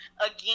again